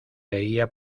leía